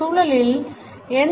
இந்த சூழலில் என்